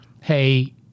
hey